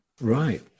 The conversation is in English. Right